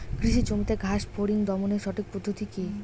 কৃষি জমিতে ঘাস ফরিঙ দমনের সঠিক পদ্ধতি কি?